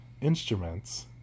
instruments